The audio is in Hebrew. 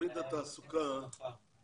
תוכנית התעסוקה היא